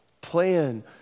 Plan